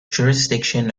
jurisdiction